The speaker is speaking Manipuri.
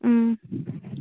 ꯎꯝ